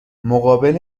مقابل